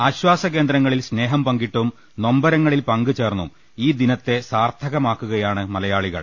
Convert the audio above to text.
ആശ്വാസകേന്ദ്രങ്ങളിൽ സ്നേഹം പങ്കിട്ടും നൊമ്പരങ്ങളിൽ പങ്കുചേർന്നും ഈ ദിനത്തെ സാർത്ഥകമാ ക്കുകയാണ് മലയാളികൾ